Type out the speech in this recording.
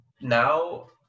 now